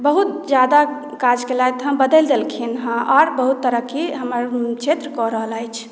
बहुत जादा काज केलथि हँ बदलि देलखिन हँ और बहुत तरक्की हमर क्षेत्र कऽ रहल अछि